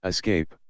Escape